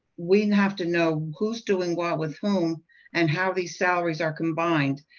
we and have to know who is doing what with whom and how these salearies are combined,